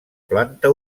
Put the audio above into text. planta